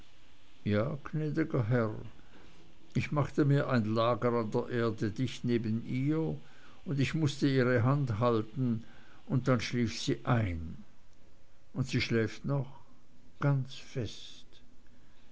ich machte mir ein lager an der erde dicht neben ihr und ich mußte ihre hand halten und dann schlief sie ein und sie schläft noch ganz fest